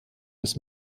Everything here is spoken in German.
des